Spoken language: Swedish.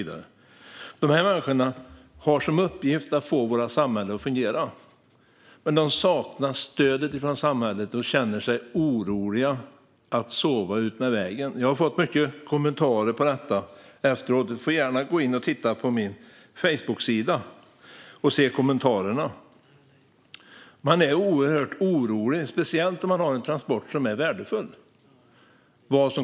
Dessa människor har som uppgift att få vårt samhälle att fungera, men de saknar stöd från samhället och känner sig oroliga för att sova utmed vägen. Jag har fått många kommentarer om detta, och statsrådet får gärna gå in och läsa dessa på min Facebooksida. De är oroliga för vad som kan ske, speciellt om de har transporter som är värdefulla.